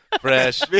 Fresh